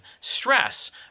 stress